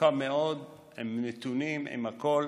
ארוכה מאוד, עם נתונים ועם הכול.